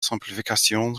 simplification